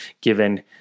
given